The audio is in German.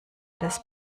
des